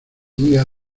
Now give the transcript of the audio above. diga